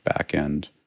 backend